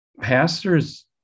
pastors